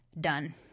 Done